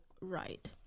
right